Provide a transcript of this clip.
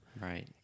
right